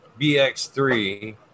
BX3